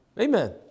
Amen